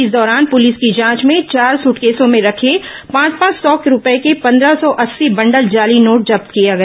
इस दौरान पुलिस की जांच में चार सूटकेसों में रखे पांच पांच सौ रूपये के पंद्रह सौ अस्सी बंडल जाली नोट जब्त किया गया